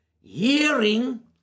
Hearing